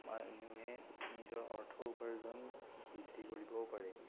মানুহে নিজৰ অৰ্থ উপাৰ্জন বৃদ্ধি কৰিবও পাৰে